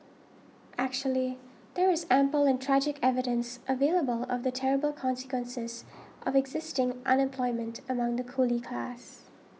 actually there is ample and tragic evidence available of the terrible consequences of existing unemployment among the coolie class